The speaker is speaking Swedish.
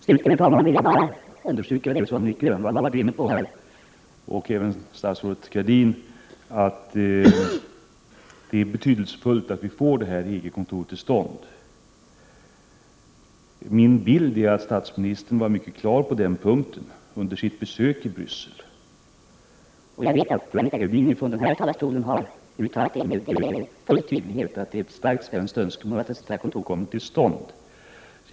Slutligen, herr talman, vill jag bara understryka det som Nic Grönvall och även statsrådet Gradin var inne på. Det är betydelsefullt att EG-kontoret kommer till stånd. Min bild är att statsministern under sitt besök i Bryssel var mycket klar på den punkten. Jag vet att Anita Gradin med full tydlighet har uttalat från denna talarstol att det är ett starkt svenskt önskemål att ett sådant kontor kommer till stånd.